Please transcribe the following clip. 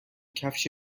کفش